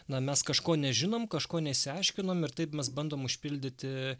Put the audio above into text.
na mes kažko nežinom kažko nesiaiškinom ir taip mes bandom užpildyti